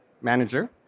Manager